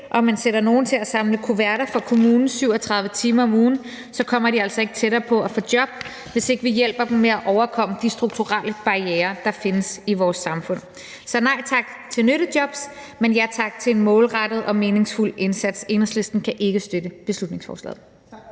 om man sætter nogle til at samle kuverter for kommunen 37 timer om ugen, kommer de altså ikke tættere på at få et job, hvis vi ikke hjælper dem med at overkomme de strukturelle barrierer, der findes i vores samfund. Så nej tak til nyttejob, men ja tak til en målrettet og meningsfuld indsats. Enhedslisten kan ikke støtte beslutningsforslaget.